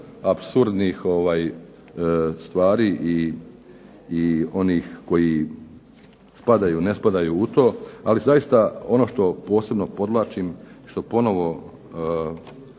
apsurdnih stvari i onih koji spadaju, ne spadaju u to, ali zaista ono što posebno podvlačim i što ponovo,